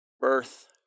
birth